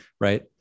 Right